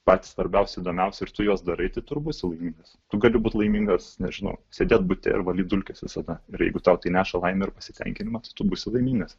patys svarbiausi įdomiausi ir tu juos darai tai tu ir būsi laimingas tu gali būti laimingas nežinau sėdėt bute ir valyt dulkes visada ir jeigu tau tai neša laimę ir pasitenkinimą tai tu būsi laimingas